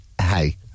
hey